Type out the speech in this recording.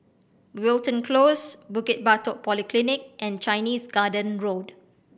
Wilton Close Bukit Batok Polyclinic and Chinese Garden Road